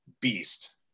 beast